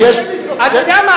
חבר הכנסת בר-און, תעשה לי טובה.